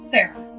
Sarah